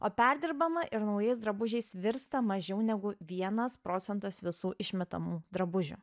o perdirbama ir naujais drabužiais virsta mažiau negu vienas procentas visų išmetamų drabužių